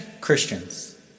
Christians